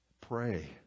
Pray